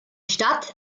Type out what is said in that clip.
stadt